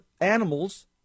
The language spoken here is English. animals